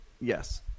Yes